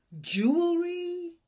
jewelry